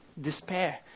despair